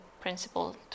principle